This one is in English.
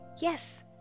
yes